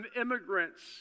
immigrants